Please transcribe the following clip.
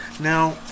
Now